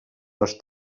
les